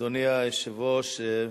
אדוני היושב-ראש,